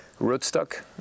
rootstock